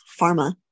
pharma